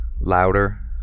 louder